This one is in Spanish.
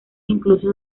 incluso